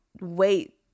wait